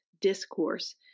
discourse